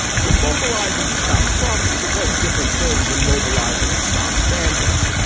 so mobilizing to stop trump is a very different thing than mobilizing to stop sanders.